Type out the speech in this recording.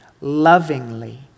lovingly